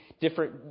Different